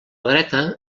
dreta